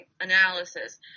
analysis